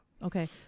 Okay